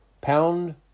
pound